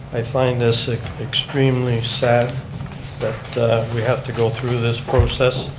i find this extremely sad that we have to go through this process.